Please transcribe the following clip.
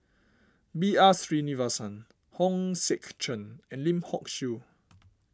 B R Sreenivasan Hong Sek Chern and Lim Hock Siew